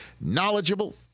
knowledgeable